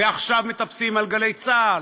ועכשיו מטפסים על "גלי צה"ל",